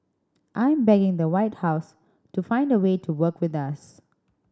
I'm begging the White House to find a way to work with us